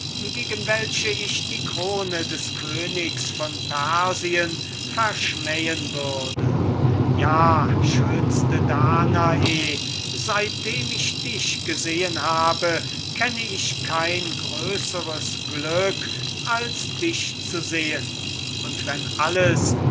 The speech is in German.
gegen die ich die krone des königs von persien verschmähen würde ja schönste danae seitdem ich dich gesehen habe kenne ich kein größeres glück als dich zu sehen und wenn alles